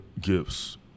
gifts